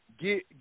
get